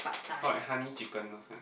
oh like honey chicken those kind